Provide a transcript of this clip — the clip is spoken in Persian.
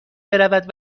برود